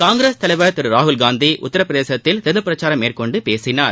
காங்கிரஸ் தலைவா் திரு ராகுலகாந்தி உத்திரபிரதேசத்தில் தேர்தல் பிரச்சாரம் மேற்கொண்டு பேசினார்